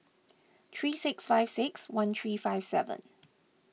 three six five six one three five seven